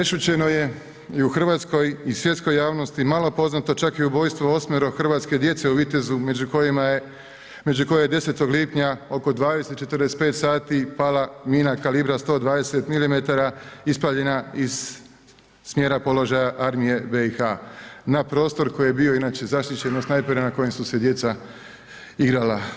Prešućeno je i u hrvatskoj i svjetskoj javnosti malo poznato čak i ubojstvo 8-ero hrvatske djece u Vitezu, među kojima je, među koje se 10. lipnja oko 20,45 sati pala mina kalibra 120 mm ispaljena iz smjera položaja Armije BiH na prostor koji je bio inače zaštićen od snajpera na kojem su se djeca igrala.